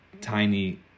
tiny